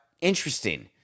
interesting